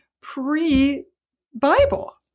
pre-Bible